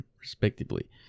respectively